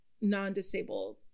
non-disabled